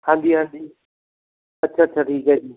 ਹਾਂਜੀ ਹਾਂਜੀ ਅੱਛਾ ਅੱਛਾ ਠੀਕ ਹੈ ਜੀ